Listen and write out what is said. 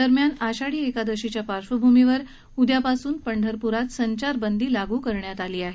दरम्यान आषाढी एकादशीच्या पार्श्वभूमीवर उद्यापासून पंढरपूरात संचारबंदी लागू करण्यात आली आहे